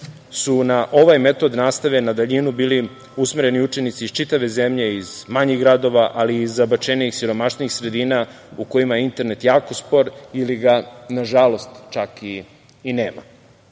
su na ovaj metod nastave na daljinu bili usmereni i učenici iz čitave zemlje, iz manjih gradova, ali i iz zabačenijih, siromašnijih sredina, u kojima je internet jako spor ili ga, nažalost čak i